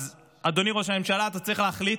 אז אדוני ראש הממשלה, אתה תצריך להחליט,